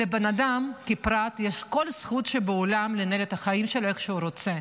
לבן אדם כפרט יש כל זכות שבעולם לנהל את החיים שלו איך שהוא רוצה,